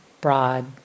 broad